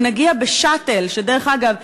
או נגיע ב"שאטל" ודרך אגב,